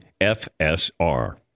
FSR